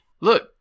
look